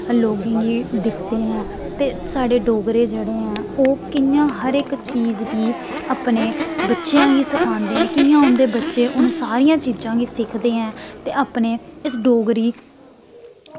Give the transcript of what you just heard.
लोकें गी दिखदे ऐं ते साढ़े डोगरे जेह्ड़े ऐं ओह् कि'यां हर इक चीज गी अपने बच्चेंआ गी सखांदे ऐ कि'यां उं'दे बच्चे उ'नें सारियें चीजां गी सिखदे ऐं ते अपने इस डोगरी